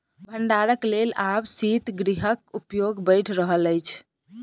भंडारणक लेल आब शीतगृहक उपयोग बढ़ि रहल अछि